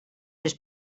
just